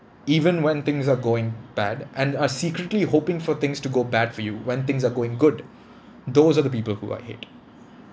even when things are going bad and are secretly hoping for things to go bad for you when things are going good those are the people who I hate